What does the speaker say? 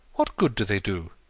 what good do they do?